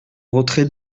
retrait